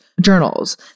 journals